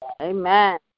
Amen